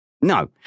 No